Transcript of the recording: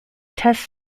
test